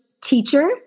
teacher